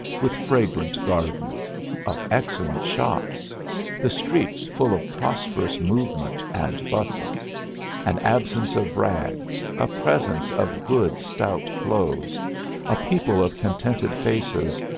with fragrant gardens of excellent shops the streets full of prosperous movement and bustle an absence of rags, a presence of good stout clothes a people of contented faces,